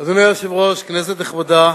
אדוני היושב-ראש, כנסת נכבדה,